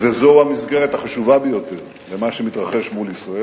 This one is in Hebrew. וזו המסגרת החשובה ביותר למה שמתרחש מול ישראל.